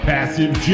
Passive